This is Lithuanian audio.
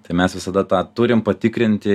tai mes visada tą turime patikrinti